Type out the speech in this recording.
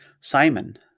Simon